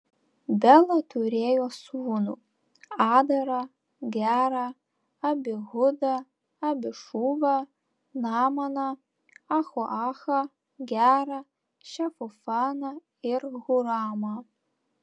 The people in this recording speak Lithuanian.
bela turėjo sūnų adarą gerą abihudą abišūvą naamaną ahoachą gerą šefufaną ir huramą